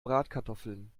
bratkartoffeln